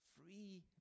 Free